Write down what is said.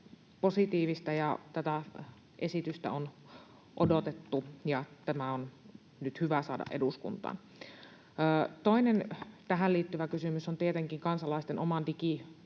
positiivista. Tätä esitystä on odotettu, ja tämä on nyt hyvä saada eduskuntaan. Toinen tähän liittyvä kysymys on tietenkin kansalaisten oman digijalanjäljen,